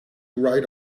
right